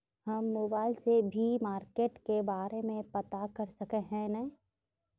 हम मोबाईल से भी मार्केट के बारे में पता कर सके है नय?